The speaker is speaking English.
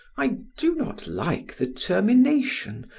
i do not like the termination.